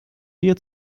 dir